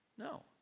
No